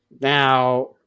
Now